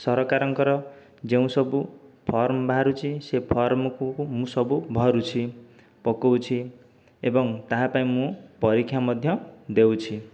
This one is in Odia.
ସରକାରଙ୍କର ଯେଉଁ ସବୁ ଫର୍ମ ବାହାରୁଛି ସେ ଫର୍ମକୁ ମୁଁ ସବୁ ଭରୁଛି ପକଉଛି ଏବଂ ତାହା ପାଇଁ ମୁଁ ପରୀକ୍ଷା ମଧ୍ୟ ଦେଉଛି